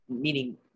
meaning